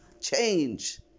change